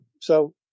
so-